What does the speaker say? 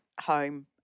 home